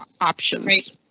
options